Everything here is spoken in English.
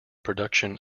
production